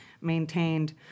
maintained